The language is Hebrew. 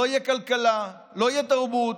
לא תהיה כלכלה, לא תהיה תרבות,